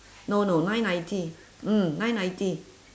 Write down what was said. no no nine ninety mm nine ninety